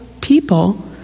people